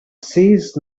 sees